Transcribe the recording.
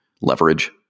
leverage